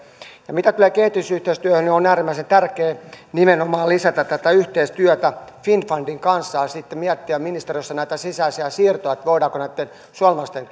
ja mitä tulee kehitysyhteistyöhön niin on äärimmäisen tärkeää nimenomaan lisätä tätä yhteistyötä finnfundin kanssa ja sitten miettiä ministeriössä näitä sisäisiä siirtoja että voidaanko näitten suomalaisten